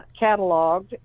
cataloged